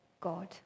God